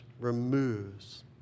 removes